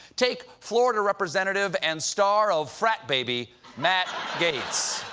take florida representative and star of frat baby matt gaetz.